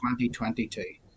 2022